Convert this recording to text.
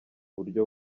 buryo